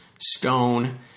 stone